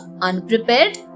unprepared